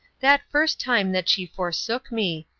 that first time that she forsook me!